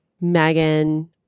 Megan